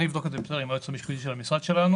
אני אבדק את זה עם היועצת המשפטית של המשרד שלנו.